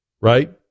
right